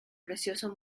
precioso